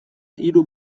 hiru